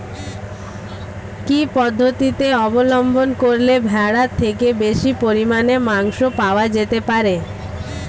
কি পদ্ধতিতে অবলম্বন করলে ভেড়ার থেকে বেশি পরিমাণে মাংস পাওয়া যেতে পারে?